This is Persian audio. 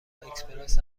اکسپرس